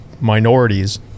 minorities